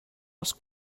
als